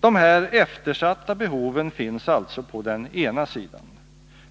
Dessa eftersatta behov finns alltså på den ena sidan.